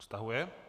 Stahuje.